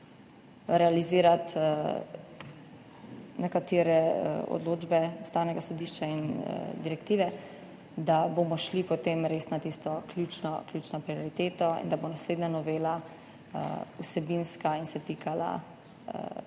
realizirati nekatere odločbe Ustavnega sodišča in direktive, da bomo šli potem res na tisto ključno prioriteto in da bo naslednja novela vsebinska in se tikala